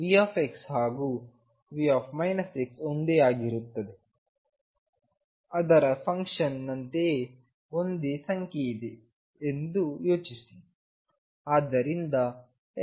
Vಹಾಗೂ V ಒಂದೇ ಆಗಿರುತ್ತದೆ ಅದರ ಫಂಕ್ಷನ್ ನಂತೆಯೇ ಒಂದೇ ಸಂಖ್ಯೆಯಿದೆ ಎಂದು ಯೋಚಿಸಿ